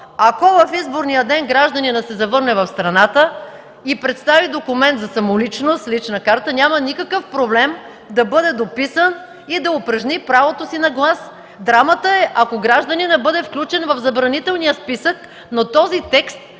Ако в изборния ден гражданинът се завърне в страната и представи документ за самоличност – лична карта, няма никакъв проблем да бъде дописан и да упражни правото си на глас. Драмата е, ако гражданинът бъде включен в забранителния списък, но този текст